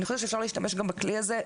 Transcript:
אני חושבת שאפשר להשתמש גם בכלי הזה.